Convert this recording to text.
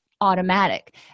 automatic